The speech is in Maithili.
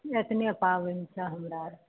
अतने पाबनि छै हमरा आरके